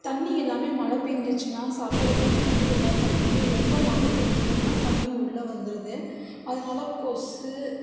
தண்ணி எல்லாமே மழை பேஞ்சுச்சுனா சாக்கடை தண்ணிலேந்து எல்லா தண்ணியுமே ரொம்ப மழை பேஞ்சுதுன்னா தண்ணி உள்ளே வந்துருது அதனால் கொசு